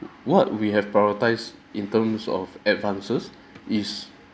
what we have prioritised in terms of advances is